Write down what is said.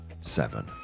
seven